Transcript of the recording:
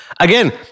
Again